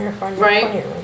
Right